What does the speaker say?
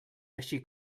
així